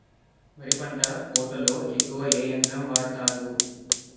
వరి పంట కోతలొ ఎక్కువ ఏ యంత్రం వాడతారు?